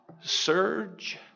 surge